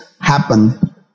happen